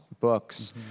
books